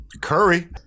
Curry